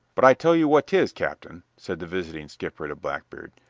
but i tell you what tis, captain, said the visiting skipper to blackbeard,